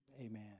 Amen